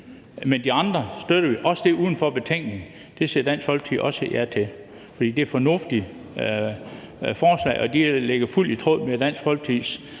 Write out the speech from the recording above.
Men de andre støtter vi, også det uden for betænkningen. Det siger Dansk Folkeparti også ja til, for det er fornuftige forslag, og de ligger fuldt i tråd med Dansk Folkepartis